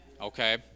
Okay